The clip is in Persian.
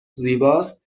زیباست